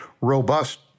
robust